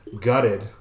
gutted